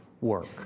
work